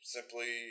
Simply